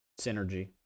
synergy